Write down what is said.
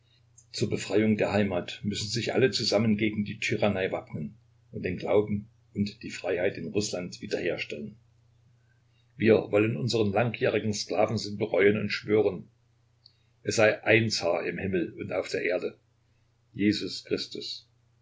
zur befreiung der heimat müssen sich alle zusammen gegen die tyrannei wappnen und den glauben und die freiheit in rußland wiederherstellen wir wollen unseren langjährigen sklavensinn bereuen und schwören es sei ein zar im himmel und auf der erde jesus christus